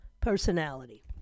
personality